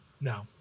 No